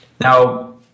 Now